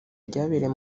ryabereye